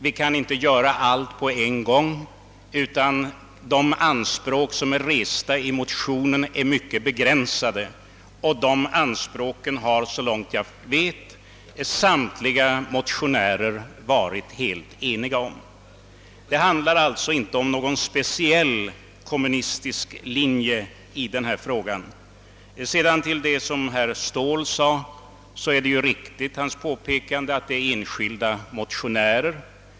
Vi kan inte göra allt på en gång, utan de anspråk som är resta i motionen är mycket begränsade, och de anspråken har så långt jag vet samtliga motionärer varit helt eniga om. Det handlar alltså inte om någon speciell kommunistisk linje i denna fråga. Herr Ståhl har rätt i sitt påpekande att det är enskilda motionärer.